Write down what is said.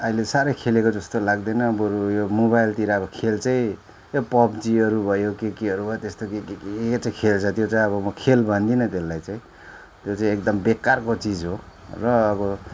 अहिले साह्रै खेलेको जस्तो लाग्दैन बरु यो मोबाइलतिरको खेल चाहिँ र पब्जीहरू भयो के केहरू भो त्यस्तो के के के चाहिँ खेल्छ त्यो चाहिँ अब म खेल भन्दिनँ त्यसलाई चाहिँ त्यो चाहिँ एकदम बेकारको चिज हो र अब